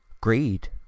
greed